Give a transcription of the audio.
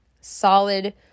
solid